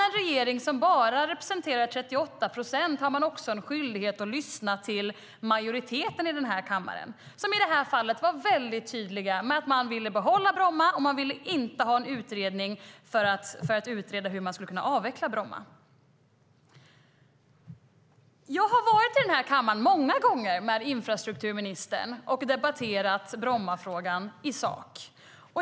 En regering som bara representerar 38 procent har en skyldighet att lyssna till majoriteten i denna kammare som i det här fallet varit väldigt tydlig med att man vill behålla Bromma och inte ha någon utredning för att utreda hur Bromma ska kunna avvecklas. Jag har varit i den här kammaren många gånger med infrastrukturministern och debatterat Brommafrågan i sak.